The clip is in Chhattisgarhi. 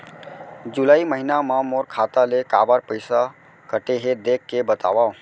जुलाई महीना मा मोर खाता ले काबर पइसा कटे हे, देख के बतावव?